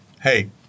Hey